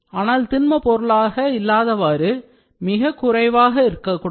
ஆனால் திண்ம பொருளாக இல்லாதவாறு மிக குறைவாக இருக்கக் கூடாது